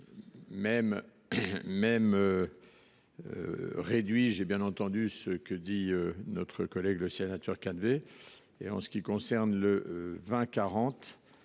je vous remercie